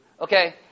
Okay